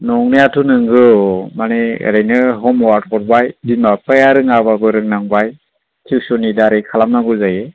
नंनायाथ' नंगौ मानि ओरैनो हमवर्क हरबाय बिमा बिफाया रोङाब्लाबो रोंनांबाय तिउसन नि दारै खालामनांगौ जायो